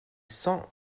cent